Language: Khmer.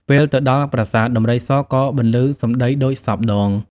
ពេលទៅដល់ប្រាសាទ ដំរីសក៏បន្លឺសម្តីដូចសព្វដង ។